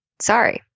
sorry